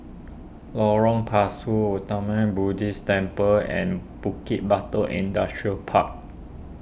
Lorong Pasu Buddhist Temple and Bukit Batok Industrial Park